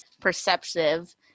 Perceptive